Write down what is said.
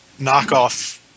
knockoff